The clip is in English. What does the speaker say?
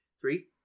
Three